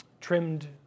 trimmed